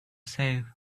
say